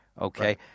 okay